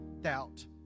doubt